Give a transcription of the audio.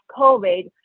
COVID